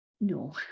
No